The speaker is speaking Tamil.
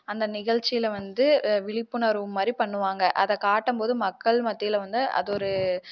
அந்த நிகழ்ச்சியில வந்து விழிப்புணர்வு மாதிரி பண்ணுவாங்கள் அதை காட்டும்போது மக்கள் மத்தியில் வந்து அது ஒரு